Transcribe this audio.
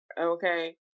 okay